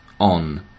on